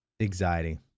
Anxiety